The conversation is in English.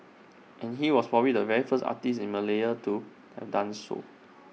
and he was probably the very first artist in Malaya to have done so